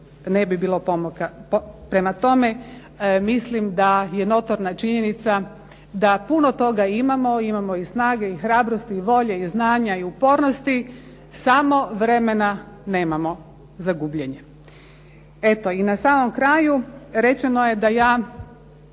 ne bi bilo pomaka. Prema tome, mislim da je notorna činjenica da puno toga imamo, imamo i snage, i hrabrosti, i volje, i znanja i upornosti, samo nemamo vremena za gubljenje. Eto, i na samom kraju rečeno je da ja